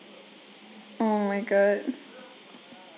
oh my god